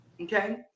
Okay